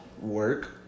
work